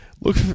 Look